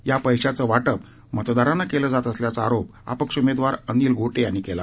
या पैशाचं वाटप मतदारांना केलं जात असल्याचा आरोप अपक्ष उमेदवार अनिल गोटे यांनी केला